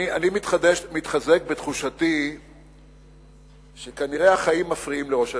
אני מתחזק בתחושתי שכנראה החיים מפריעים לראש הממשלה.